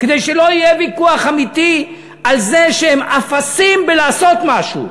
כדי שלא יהיה ויכוח אמיתי על זה שהם אפסים בלעשות משהו.